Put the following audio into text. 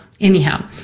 Anyhow